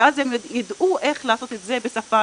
ואז הם יידעו איך לעשות את זה בשפה,